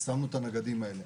שמנו את הנגדים האלה.